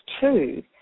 two